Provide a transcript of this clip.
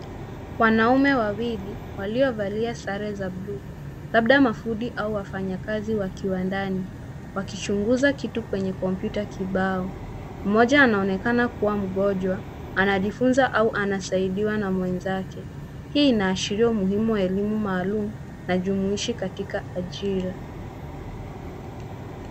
Wanaume wawili waliovalia sare za bluu, labda mafundi au wafanyakazi wa kiwandani. Wakichunguza kitu kwenye kompyuta kibao. Mmoja anaonekana kuwa mgonjwa, anajifunza au anasaidiwa na mwenzake. Hii inaashiria umuhimu wa elimu maalumu na jumuishi katika ajira.